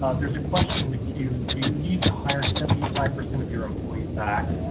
ah there's a question in the queue do you need to hire seventy five percent of your employees back?